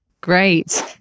Great